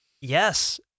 Yes